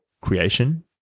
creation